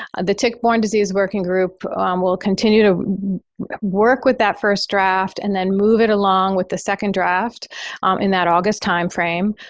and the tick-borne disease working group um will continue to work with that first draft and then move it along with the second draft in that august timeframe.